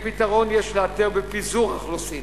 את הפתרון יש לאתר בפיזור האוכלוסין.